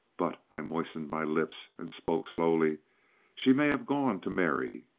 but i moistened my lips and spoke slowly she may have gone to marry.